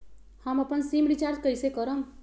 हम अपन SIM recharge कइसे करम?